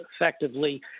effectively